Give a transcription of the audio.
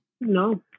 No